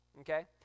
okay